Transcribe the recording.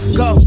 go